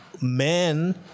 men